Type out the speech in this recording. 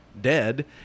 dead